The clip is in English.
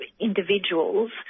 individuals